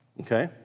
Okay